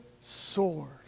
sword